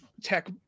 tech